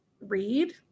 read